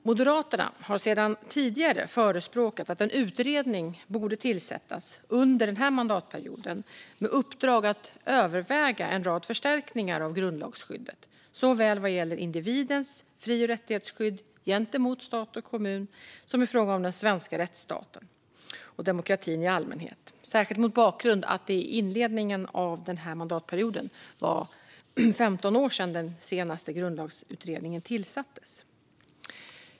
Moderaterna har sedan tidigare förespråkat att en utredning borde tillsättas under denna mandatperiod med uppdrag att överväga en rad förstärkningar av grundlagsskyddet, såväl vad gäller individens fri och rättighetsskydd gentemot stat och kommun som i fråga om den svenska rättsstaten och demokratin i allmänhet, särskilt mot bakgrund av att det i inledningen av mandatperioden var 15 år sedan den senaste grundlagsutredningen tillsattes.